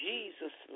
Jesus